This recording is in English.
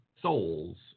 Souls